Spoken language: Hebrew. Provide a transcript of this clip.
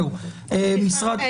סליחה,